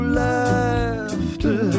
laughter